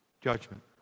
judgment